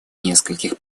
нескольких